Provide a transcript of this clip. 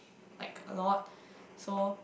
like a lot so